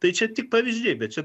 tai čia tik pavyzdžiai bet čia